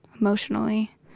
emotionally